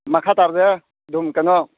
ꯃꯈꯥ ꯇꯥꯕꯗ ꯑꯗꯨꯝ ꯀꯩꯅꯣ